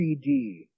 3D